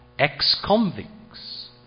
ex-convicts